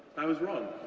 i was wrong.